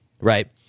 right